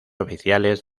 oficiales